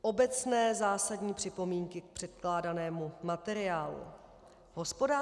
Obecné zásadní připomínky k předkládanému materiálu.